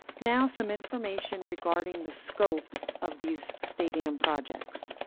now some information regarding the scope of these stadium projects.